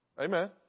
Amen